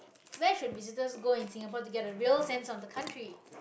where should visitors go in singapore to get a real sense of the country